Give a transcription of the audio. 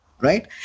Right